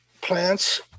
plants